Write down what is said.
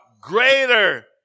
greater